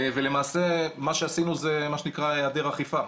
למעשה מה שעשינו זה מה שנקרא היעדר אכיפה,